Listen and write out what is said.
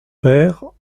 père